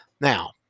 Now